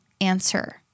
answer